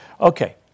Okay